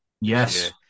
Yes